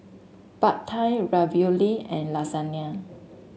Pad Thai Ravioli and Lasagne